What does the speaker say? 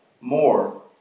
more